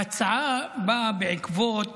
ההצעה באה בעקבות